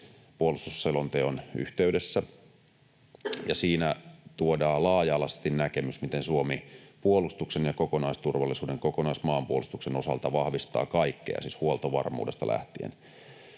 puolustusselonteon yhteydessä, ja siinä tuodaan laaja-alaisesti näkemys, miten Suomi puolustuksen ja kokonaisturvallisuuden, kokonaismaanpuolustuksen osalta vahvistaa kaikkea, siis huoltovarmuudesta lähtien.